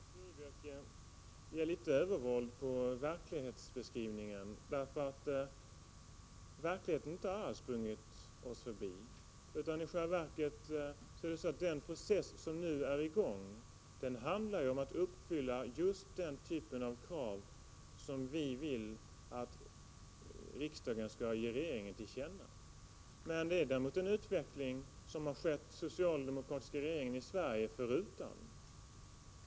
Herr talman! Viola Furubjelke gör våld på verklighetsbeskrivningen — verkligheten har inte alls sprungit oss moderater förbi. I själva verket handlar den process som nu är i gång om att uppfylla just den typen av krav som vi vill att riksdagen skall ge regeringen till känna. Det är däremot en utveckling som har skett den socialdemokratiska regeringen i Sverige förutan.